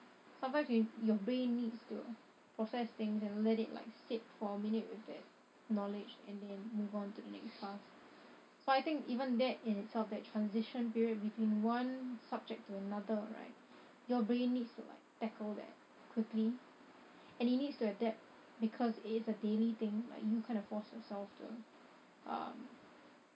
sometimes you your brain needs to process things and let it like sit for a minute with that knowledge and then move on to the next task so I think even that in itself that transition period between one subject to another right your brain needs to like tackle that quickly and it needs to adapt because it is a daily thing like you kind of force yourself to um